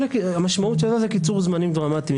המשמעות של זה היא קיצור זמנים דרמטי.